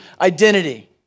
identity